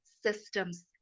systems